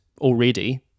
already